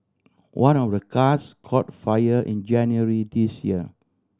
one of the cars caught fire in January this year